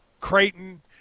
Creighton